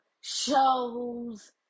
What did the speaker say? shows